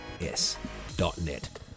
S.net